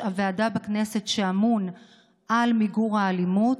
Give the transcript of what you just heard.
הוועדה בכנסת שאמון על מיגור האלימות,